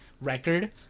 record